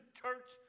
church